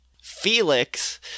Felix